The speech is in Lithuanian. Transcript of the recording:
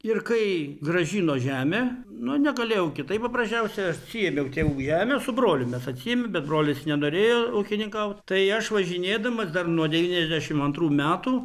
ir kai grąžino žemę nu negalėjau kitaip paprasčiausia atsiėmiau tėvų žemę su broliu mes atsiėmėm bet brolis nenorėjo ūkininkaut tai aš važinėdamas dar nuo devyniasdešim antrų metų